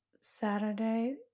Saturday